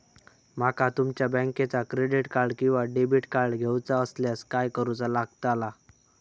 माका तुमच्या बँकेचा क्रेडिट कार्ड किंवा डेबिट कार्ड घेऊचा असल्यास काय करूचा लागताला?